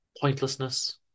pointlessness